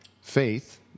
faith